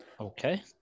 Okay